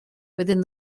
within